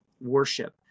worship